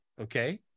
okay